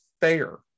fair